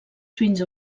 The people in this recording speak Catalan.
fins